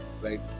right